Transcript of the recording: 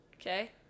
Okay